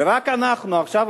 ורק אנחנו עכשיו,